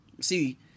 See